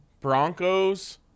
Broncos